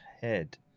head